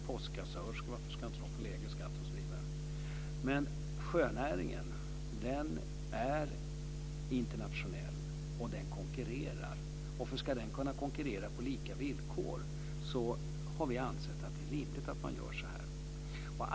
Varför ska inte postkassörskor få lägre skatt? Men sjönäringen är internationell och den konkurrerar. Ska den kunna konkurrera på lika villkor har vi ansett att det är rimligt att man gör så här.